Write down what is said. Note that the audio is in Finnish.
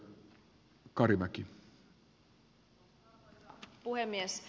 arvoisa puhemies